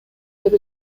деп